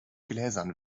gläsern